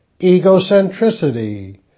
egocentricity